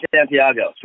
Santiago